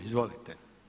Izvolite.